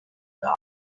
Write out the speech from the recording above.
dots